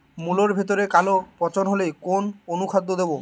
মুলোর ভেতরে কালো পচন হলে কোন অনুখাদ্য দেবো?